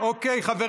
מה הטיעונים?